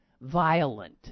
violent